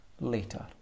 later